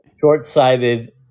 short-sighted